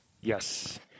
Yes